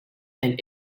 and